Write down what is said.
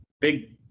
big